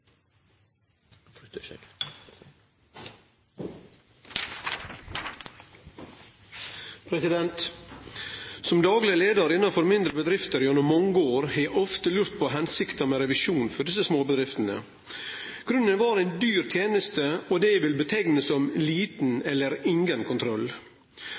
Som dagleg leiar i mindre bedrifter gjennom mange år har eg ofte lurt på hensikta med revisjon for desse små bedriftene. Grunnen var ei dyr teneste og det eg vil omtale som liten eller ingen kontroll.